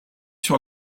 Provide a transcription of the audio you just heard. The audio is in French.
sur